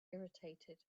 irritated